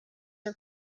are